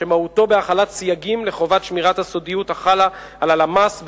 שמהותו החלת סייגים לחובת שמירת הסודיות החלה על הלשכה המרכזית